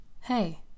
Hey